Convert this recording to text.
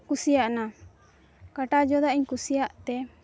ᱠᱩᱥᱤᱭᱟᱜᱱᱟ ᱠᱟᱴᱟ ᱡᱚᱫᱟᱜ ᱤᱧ ᱠᱩᱥᱤᱭᱟᱜ ᱛᱮ